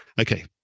okay